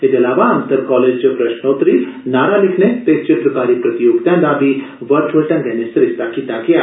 एहदे इलावा अंतर कालेज प्रश्नोतरी नारा लिखने ते चित्रकारी प्रतियोगिताएं दा बी वर्चुअल ढंगै नै सरिस्ता कीता गेआ